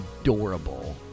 adorable